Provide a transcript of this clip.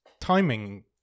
timing